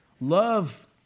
Love